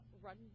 run